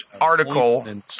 article